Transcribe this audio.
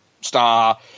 star